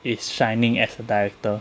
is shining as a director